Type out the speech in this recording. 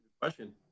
Question